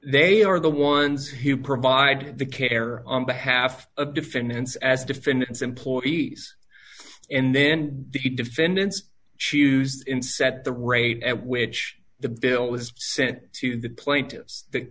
they are the ones who provide the care on behalf of defendants as defendants employees and then the defendants choose inset the rate at which the bill was sent to the plaint